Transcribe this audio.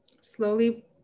Slowly